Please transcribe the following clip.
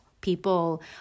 people